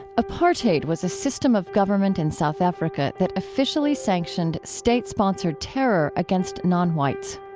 apartheid was a system of government in south africa that officially sanctioned state-sponsored terror against non-whites.